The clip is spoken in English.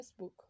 Facebook